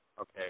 Okay